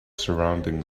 surrounding